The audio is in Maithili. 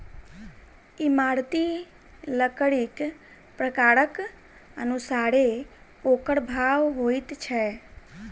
इमारती लकड़ीक प्रकारक अनुसारेँ ओकर भाव होइत छै